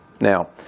Now